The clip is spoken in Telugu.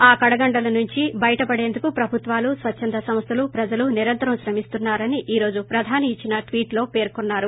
ఆ కడగండ్ల నుంచి బయటపడేందుకు ప్రభుత్వాలు స్వచ్చంద సంస్థలు ప్రజలు నిరంతరం శ్రమిస్తున్నా యిని ఈరోజు ప్రదాని ఇచ్చిన ట్వీట్లో పర్కొన్నారు